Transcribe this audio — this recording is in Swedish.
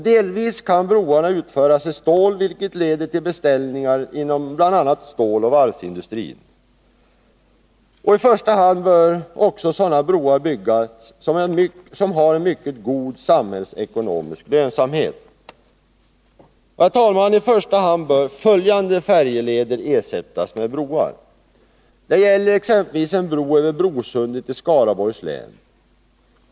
Delvis kan broarna utföras i stål, vilket leder till beställningar inom bl.a. ståloch varvsindustrin. I första hand bör också sådana broar byggas som har en mycket god samhällsekonomisk lönsamhet. Fru talman! I första hand bör färjelederna ersättas med broar enligt följande: En bro över Brosundet i Skaraborgs län.